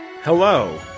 Hello